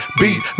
beat